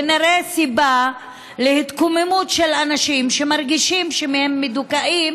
ונראה סיבה להתקוממות של אנשים שמרגישים שהם מדוכאים,